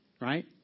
right